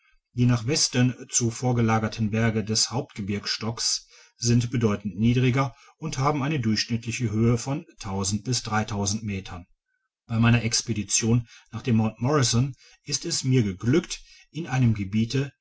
die nach westen zu vorgelagerten berge des hauptgebirgsstockes sind bedeutend niedriger und haben eine durchschnittliche höhe von metern bei meiner expedition nach dem mt morrison ist es mir geglückt in einem gebiete